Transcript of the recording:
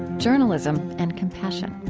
journalism and compassion.